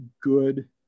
good